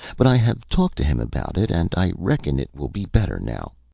but i have talked to him about it, and i reckon it will be better, now.